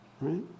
right